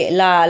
la